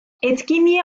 etkinliğe